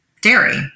dairy